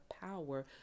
power